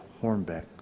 Hornbeck